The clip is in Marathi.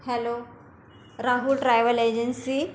hello Rahul travel agency